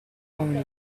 uomini